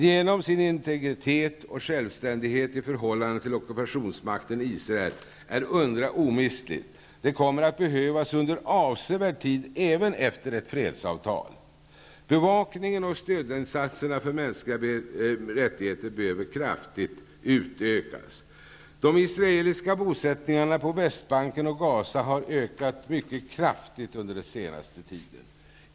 Genom sin integritet och självständighet i förhållande till ockupationsmakten Israel är UNRWA omistligt. Den kommer att behövas under avsevärd tid även efter ett fredsavtal. Bevakningen och stödinsatser för mänskliga rättigheter behöver kraftigt utökas. Gaza har ökat mycket kraftigt under senaste tiden.